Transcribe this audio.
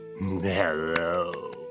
Hello